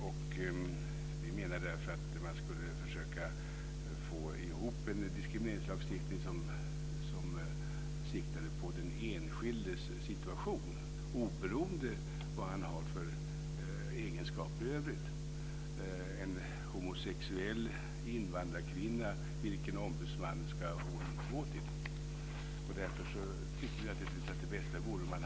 Vi menar därför att man skulle försöka få ihop en diskrimineringslagstiftning som siktade på den enskildes situation oberoende av vad han eller hon har för egenskaper i övrigt. Vilken ombudsman ska en homosexuell invandrarkvinna gå till?